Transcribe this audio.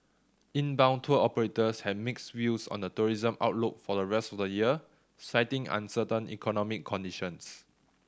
inbound tour operators had mixed views on the tourism outlook for the rest of the year citing uncertain economic conditions